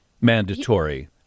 mandatory